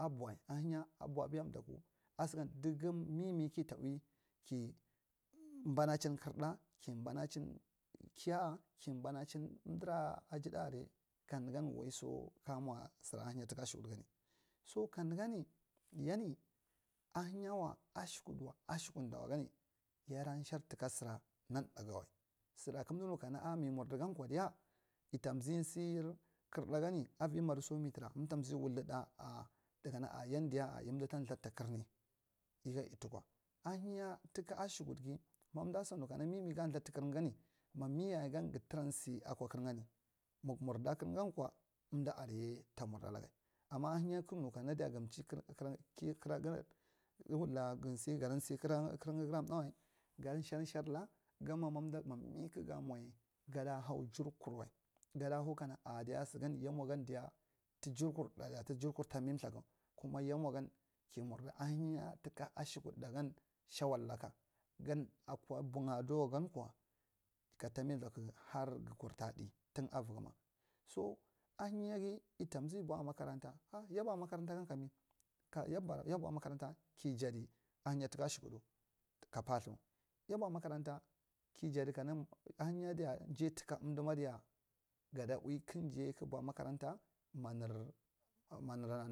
Abwa ahinya abwa abaya a mdaku dugum mimi kita ui ki banaɗrin kerɗa kaya, a ki bana an umdira asiea aral ka nugan waiso ka a mwa sora ahinya toka ashakuɗu gd cu kanuganir yani ahinyawa ashakuɗawa ashakuɗawa gan yada shaw tuka sura nata ganwai sora kamdu nu kana a mi murdi ga kwa diya yida zse sir. Karfa gani avi madiso mi tura um ta zee waldiea kana a yindiya yimdi ta lthadi ka karni nuga yitukwa ahinys tuka ashakuɗugi ma umdi asgi nu kana mimi ga lthadi tu karng gang an gadu ta shur aku kernga mwang murdi akwa karnga kwa umdi aria ta mwedi alaga ama ahigoya kak nu kana daya gam a kɗr nga kada sur karnga gera mnawal gan sharrshala mi kagamwa ya gada hau jurkurwai gada hau kang a diy yin yamwa gan diy tu jirkur tambi thaku kuma ya mwagan ki mwa ahimg tuka ashakuɗa gan shawalaka gan akwa bbwanyan diwa gan kw aka tambe lthaku lanur ngar kur ta ɗai tuna vi gima so ahinyage yitamzee bwa magoranta ha yi bwa a magur anfagan kami! Ka yi bwa a magaranta ki jadi ahinya tuka ahsakuɗu ka patha ye bwa a magaranta ke jadi kana ahinyadiya ja tuka umdima diya gada ui kuk ja kek bwa a magaranta ma nar! Ma nur